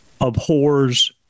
abhors